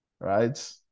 right